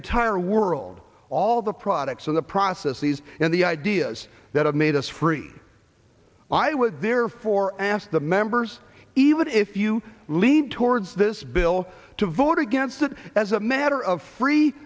entire world all the products of the process these and the ideas that have made us free i would therefore ask the members even if you lean towards this bill to vote against it as a matter of free